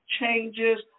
changes